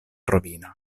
rovina